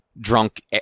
drunk